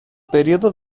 período